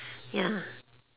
ya